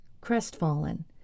crestfallen